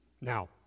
Now